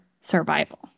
survival